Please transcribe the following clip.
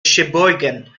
sheboygan